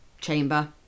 chamber